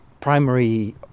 primary